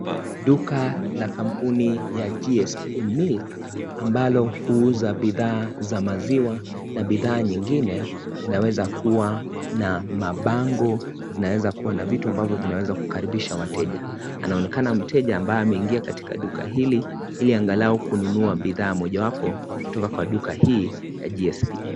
Duka la kampuni ya GSP Milk ambalo huuza bidhaa za maziwa, na bidhaa nyingine zinaweza kuwa na mabango, zinaweza kuwa na vitu ambazo zinaweza kukaribisha wateja .Anaonekana mteja ambaye ameingia katika duka hili ili angalau kununuwa bidhaa moja wapo kutoka kwa duka hii ya GSP.